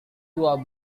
dua